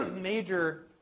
major